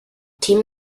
team